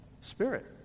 spirit